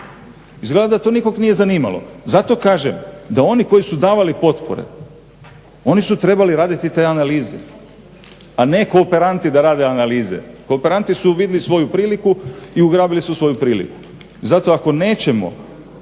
Izgleda da to nikog nije zanimalo. Zato kažem da oni koji su davali potpore oni su trebali raditi te analize, a ne kooperanti da rade analize. Kooperanti su vidli svoju priliku i ugrabili su svoju priliku. I zato ako nećemo